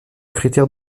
critère